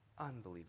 unbelievable